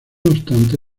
obstante